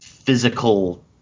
physical